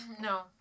No